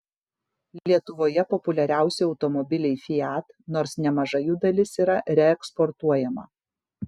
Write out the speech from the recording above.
lietuvoje populiariausi automobiliai fiat nors nemaža jų dalis yra reeksportuojama